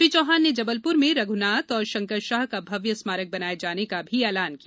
श्री चौहान ने जबलपुर में रघुनाथ और शंकरशाह का भव्य स्मारक बनाए जाने का भी ऐलान किया